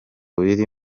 biri